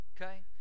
okay